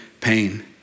pain